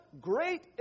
great